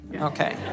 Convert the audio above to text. Okay